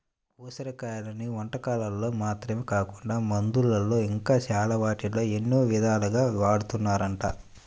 ఉసిరి కాయలను వంటకాల్లో మాత్రమే కాకుండా మందుల్లో ఇంకా చాలా వాటిల్లో ఎన్నో ఇదాలుగా వాడతన్నారంట